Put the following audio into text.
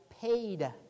paid